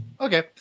Okay